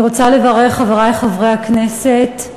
אני רוצה לברך, חברי חברי הכנסת,